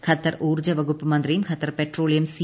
Qatar ഊർജ വകുപ്പ് മന്ത്രിയും ഖത്തർ പ്പെട്ടോളിയം സി